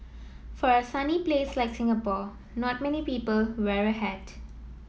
for a sunny place like Singapore not many people wear a hat